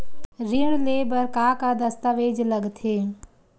ऋण ले बर का का दस्तावेज लगथे?